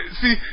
See